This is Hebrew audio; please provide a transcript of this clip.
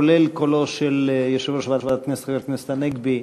כולל קולו של יושב-ראש ועדת הכנסת חבר הכנסת הנגבי,